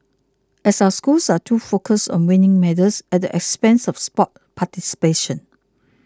are our schools too focused on winning medals at the expense of sports participation